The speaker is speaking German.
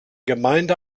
gemeinde